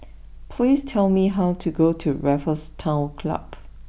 please tell me how to get to Raffles Town Club